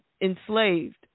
enslaved